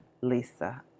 Lisa